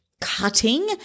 cutting